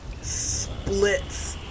splits